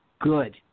good